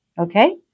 Okay